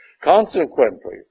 Consequently